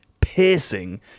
piercing